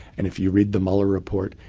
and if you read the mueller report,